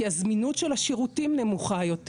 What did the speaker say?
כי הזמינות של השירותים נמוכה יותר.